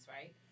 right